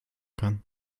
kann